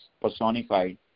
personified